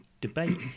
debate